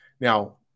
Now